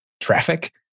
traffic